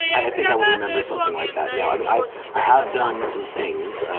i think i would remember something like that. no, i mean i i have done some things.